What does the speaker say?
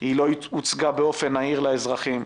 היא לא הוצגה באופן נהיר לאזרחים,